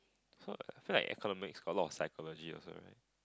so like I feel like economics got a lot of psychology also right